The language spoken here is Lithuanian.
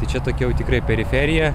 tai čia tokia jau tikra periferija